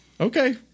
Okay